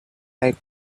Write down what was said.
tay